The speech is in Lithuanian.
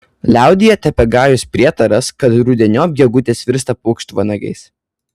liaudyje tebegajus prietaras kad rudeniop gegutės virsta paukštvanagiais